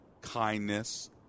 kindness